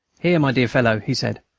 here, my dear fellow, he said,